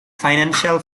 financial